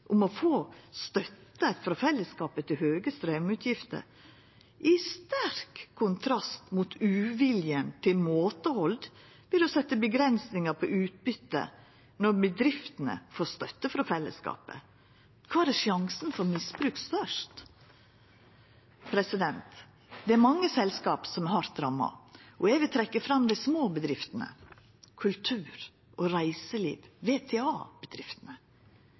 om å få støtte frå fellesskapet til høge straumutgifter, i sterk kontrast til uviljen mot måtehald når det gjeld å setja grenser for utbyte når bedriftene får støtte frå fellesskapet. Kvar er faren for misbruk størst? Det er mange selskap som er hardt ramma, og eg vil trekkja fram dei små bedriftene, kultur og reiseliv